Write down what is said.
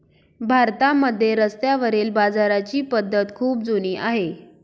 भारतामध्ये रस्त्यावरील बाजाराची पद्धत खूप जुनी आहे